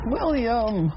William